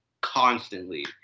constantly